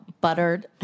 buttered